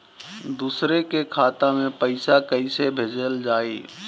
दूसरे के खाता में पइसा केइसे भेजल जाइ?